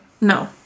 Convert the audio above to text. No